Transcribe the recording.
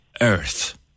earth